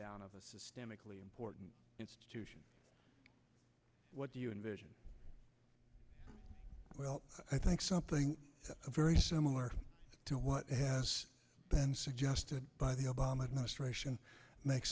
down of a systemically important institution what do you envision well i think something very similar to what has been suggested by the